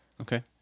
Okay